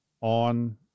on